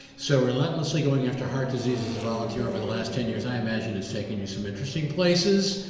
so relentlessly going after heart disease as a volunteer over the last ten years, i imagine it's taken you some interesting places.